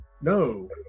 no